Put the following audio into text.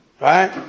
Right